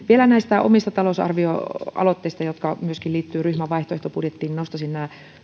vielä näistä omista talousarvioaloitteistamme jotka myöskin liittyvät ryhmän vaihtoehtobudjettiin nostaisin